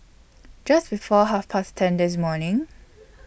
Just before Half Past ten This morning